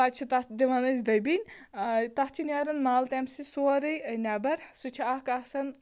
پَتہٕ چھِ تَتھ دِوان أسۍ دٔبِنۍ تَتھ چھِ نٮ۪ران مَل تَمہِ سۭتۍ سورُے نٮ۪بَر سُہ چھُ اَکھ آسان